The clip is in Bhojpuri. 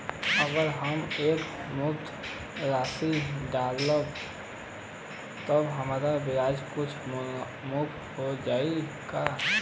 अगर हम एक मुस्त राशी डालब त हमार ब्याज कुछ माफ हो जायी का?